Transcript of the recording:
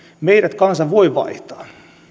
meidät kansa voi vaihtaa